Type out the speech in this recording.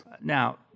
now